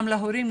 גם להורים,